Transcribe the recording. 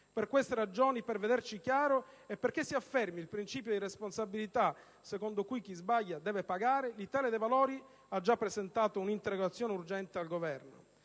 queste ragioni, per vederci chiaro e perché si affermi il principio di responsabilità secondo cui chi sbaglia deve pagare, l'Italia dei Valori ha già presentato una interrogazione urgente al Governo.